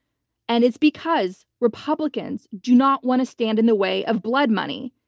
and it's because republicans do not want to stand in the way of blood money.